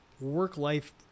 work-life